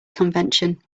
convention